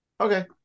Okay